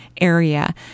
area